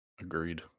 agreed